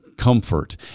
comfort